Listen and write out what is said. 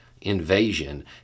invasion